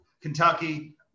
Kentucky